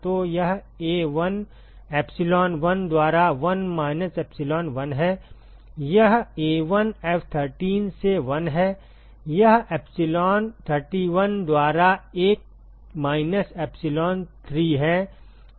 तो यह A 1 epsilon 1 द्वारा 1 माइनस एप्सिलॉन 1 है यह A1 F13 से 1 है यह एप्सिलॉन 31 द्वारा 1 माइनस एप्सिलॉन 3 है